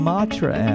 Matra